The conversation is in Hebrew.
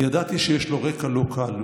ידעתי שיש לו רקע לא קל.